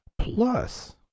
Plus